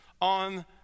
on